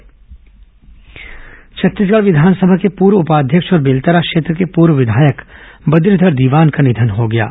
बद्रीघर दीवान निधन छत्तीसगढ़ विधानसभा के पूर्व उपाध्यक्ष और बेलतरा क्षेत्र के पूर्व विधायक बद्रीघर दीवान का निधन हो गया है